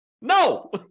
No